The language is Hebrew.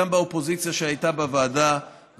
גם באופוזיציה שהייתה בוועדה,